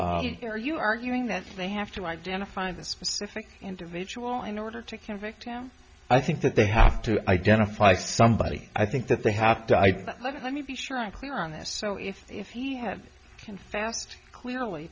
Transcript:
member are you arguing that they have to identify the specific individual in order to convict oh i think that they have to identify somebody i think that they have died but let me be sure i'm clear on this so if if he had been fast clearly